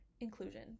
Inclusion